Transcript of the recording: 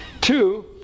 Two